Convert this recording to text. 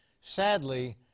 Sadly